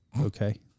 Okay